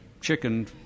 chicken